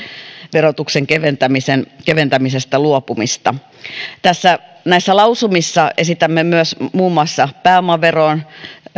verotuksen keventämisestä keventämisestä luopumista näissä lausumissa esitämme myös muun muassa pääomaveroon